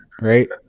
right